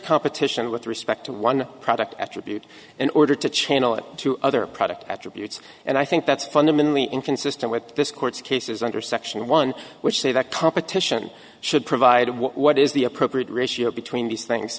competition with respect to one product attribute in order to channel it to other product attributes and i think that's fundamentally inconsistent with this court's cases under section one which say that competition should provide what is the appropriate ratio between these things